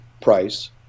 price